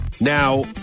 Now